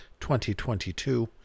2022